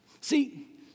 See